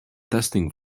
testing